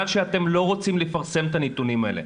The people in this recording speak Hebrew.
שאתם לא רוצים לפרסם את הנתונים האלה.